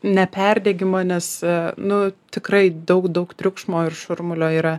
neperdegimą nes nu tikrai daug daug triukšmo ir šurmulio yra